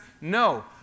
No